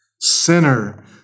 Sinner